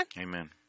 Amen